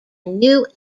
new